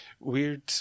Weird